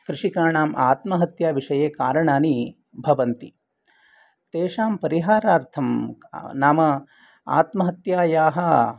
कृषिकाणाम् आत्महत्याविषये कारणानि भवन्ति तेषां परिहारार्थं नाम आत्महत्यायाः